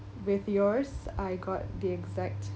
with yours I got the exact